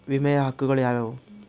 ವಿಮೆಯ ಹಕ್ಕುಗಳು ಯಾವ್ಯಾವು?